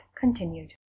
continued